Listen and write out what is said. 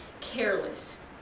careless